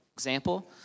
Example